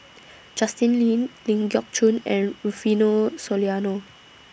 Justin Lean Ling Geok Choon and Rufino Soliano